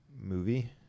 movie